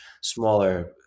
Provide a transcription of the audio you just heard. smaller